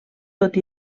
tot